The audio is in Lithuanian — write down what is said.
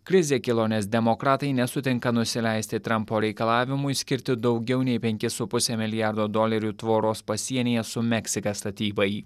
krizė kilo nes demokratai nesutinka nusileisti trumpo reikalavimui skirti daugiau nei penkis su puse milijardo dolerių tvoros pasienyje su meksika statybai